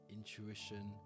intuition